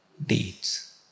Deeds